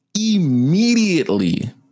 Immediately